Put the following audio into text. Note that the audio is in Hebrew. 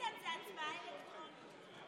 אנחנו עוברים להצבעה על הצעת חוק לתיקון